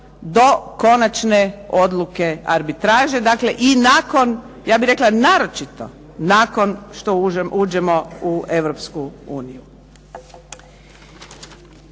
do konačne odluke arbitraže. Dakle i nakon, ja bih rekla naročito, nakon što uđemo u EU. Mi